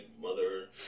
mother